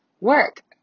work